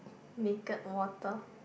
naked water